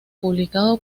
publicado